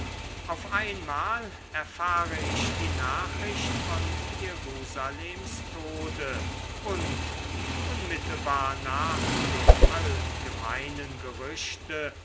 auf einmal erfahre ich die nachricht von jerusalems tode und unmittelbar nach dem allgemeinen gerüchte